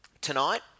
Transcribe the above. Tonight